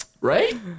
Right